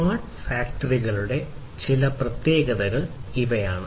smart ഫാക്ടറികളുടെ ചില പ്രത്യേകതകൾ ഇവയാണ്